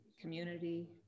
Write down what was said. community